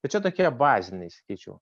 tai čia tokie baziniai sakyčiau